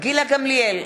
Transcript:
גילה גמליאל,